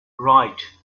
write